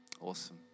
awesome